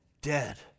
dead